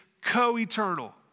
co-eternal